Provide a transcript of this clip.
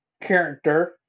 character